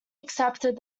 accepted